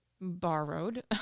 borrowed